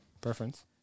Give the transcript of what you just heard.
preference